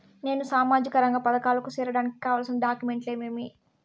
నేను సామాజిక రంగ పథకాలకు సేరడానికి కావాల్సిన డాక్యుమెంట్లు ఏమేమీ?